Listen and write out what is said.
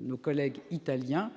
nos collègues italiens